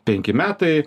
penki metai